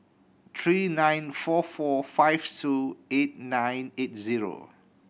three nine four four five two eight nine eight zero